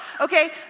okay